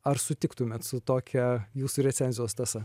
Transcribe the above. ar sutiktumėt su tokia jūsų recenzijos tąsa